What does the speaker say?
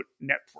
Network